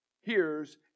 hears